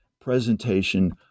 presentation